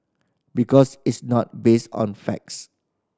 because it's not based on facts